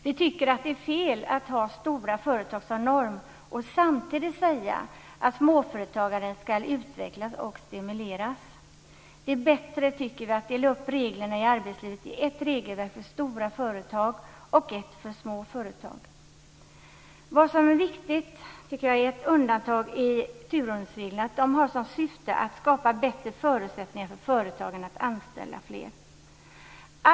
Vi tycker att det är fel att ha stora företag som norm och samtidigt säga att småföretagandet ska utvecklas och stimuleras. Det är bättre att dela upp reglerna i arbetslivet i ett regelverk för stora företag och ett för små företag. Det är viktigt att ett undantag i turordningsreglerna har som syfte att skapa bättre förutsättningar för företagen att anställa fler.